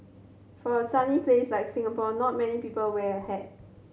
for a sunny place like Singapore not many people wear a hat